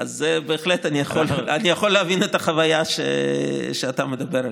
בהחלט אני יכול להבין את החוויה שאתה מדבר עליה.